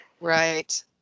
Right